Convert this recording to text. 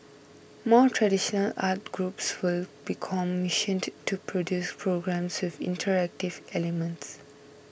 more traditional arts groups will be commissioned to produce programmes with interactive elements